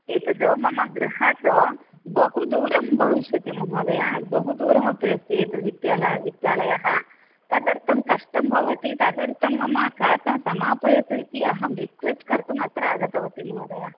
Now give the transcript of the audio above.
एतद् मम् गृहात् बहूदूरं भविष्यति महोदया बहुदूरमपि अस्ति एतत् वित्त्याला वित्तालयः तदर्थं कष्टं भवति तदर्थं मम खाता समापयतु इति अहं रिक्वेस्ट् कर्तुं अत्र आगतवती महोदया